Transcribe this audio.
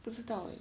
不知道 eh